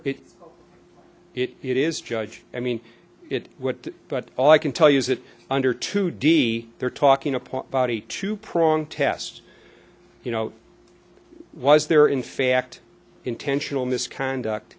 if it is judge i mean it would but all i can tell you is that under two d they're talking a part body two prong test you know was there in fact intentional misconduct